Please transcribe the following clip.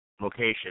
location